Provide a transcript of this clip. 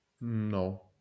No